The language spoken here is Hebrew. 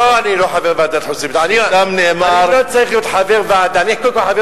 לא, אני לא חבר ועדת